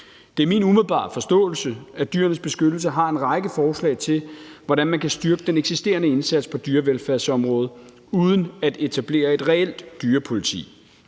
Det er min umiddelbare forståelse, at Dyrenes Beskyttelse har en række forslag til, hvordan man kan styrke den eksisterende indsats på dyrevelfærdsområdet uden at etablere et reelt dyrepoliti.